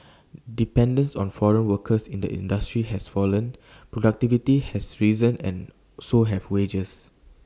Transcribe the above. dependence on foreign workers in the industry has fallen productivity has risen and so have wages